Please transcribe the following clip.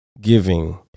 giving